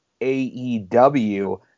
AEW